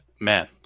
Man